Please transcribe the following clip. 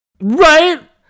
Right